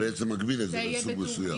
זה בעצם מגביל את זה לסוג מסוים.